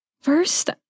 First